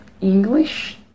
English